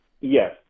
yes